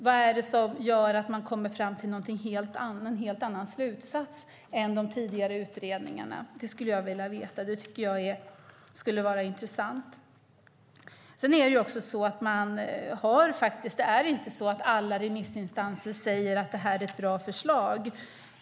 Vad är det som gör att man kommer fram till en helt annan slutsats än de tidigare utredningarna? Det skulle vara intressant att få veta. Det är inte så att alla remissinstanser säger att det här är ett bra förslag.